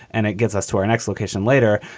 and it gets us to our next location later.